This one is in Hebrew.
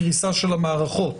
זאת קריסה של המערכות.